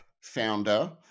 founder